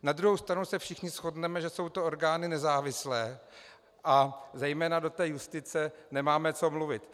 Na druhou stranu se všichni shodneme, že jsou to orgány nezávislé a zejména do té justice nemáme co mluvit.